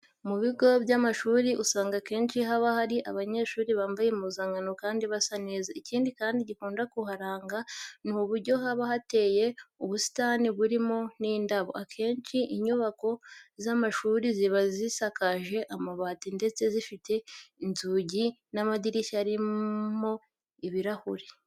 Mu bigo by'amashuri usanga akenshi haba hari abanyeshuri bambaye impuzankano kandi basa neza. Ikindi kandi gikunda kuharanga ni uburyo haba hateye ubusitani burimo n'indabo. Akenshi inyubako z'amashuri ziba zisakaje amabati ndetse zifite inzugi n'amadirishya arimo ibirahure.